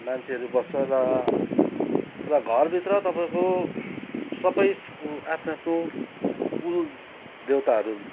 मान्छेहरू बस्छ र र घरभित्र तपाईँको सबैको आफ्नो आफ्नो कुलदेउताहरू